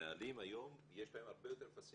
מנהלים היום, יש להם הרבה יותר facilities